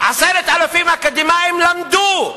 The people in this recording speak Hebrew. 10,000 אקדמאים למדו,